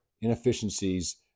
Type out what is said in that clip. inefficiencies